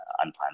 unplanned